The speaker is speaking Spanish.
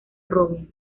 rogue